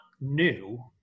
new